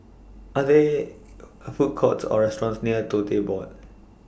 Are There A Food Courts Or restaurants near Tote Board